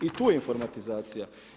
I tu je informatizacija.